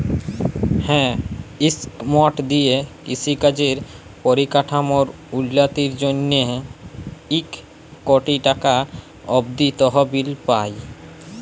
হাঁ ইস্কিমট দিঁয়ে কিষি কাজের পরিকাঠামোর উল্ল্যতির জ্যনহে ইক কটি টাকা অব্দি তহবিল পায়